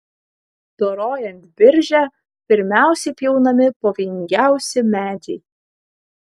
dorojant biržę pirmiausia pjaunami pavojingiausi medžiai